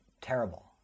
terrible